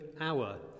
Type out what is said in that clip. hour